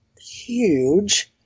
huge